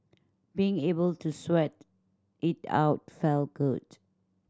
being able to sweat it out felt good